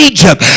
Egypt